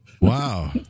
wow